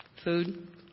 Food